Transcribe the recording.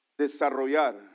desarrollar